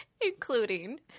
including